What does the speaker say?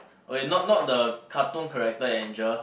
okay not not the cartoon character angel